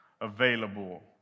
available